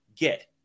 Get